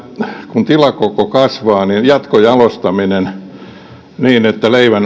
kun tilakoko kasvaa jatkojalostaminen niin että